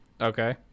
Okay